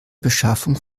beschaffung